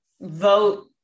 vote